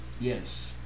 Yes